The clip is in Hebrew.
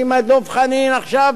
היא האשימה את דב חנין עכשיו.